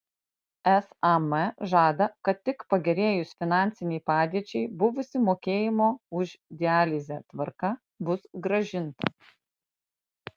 sam žada kad tik pagerėjus finansinei padėčiai buvusi mokėjimo už dializę tvarka bus grąžinta